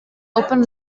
open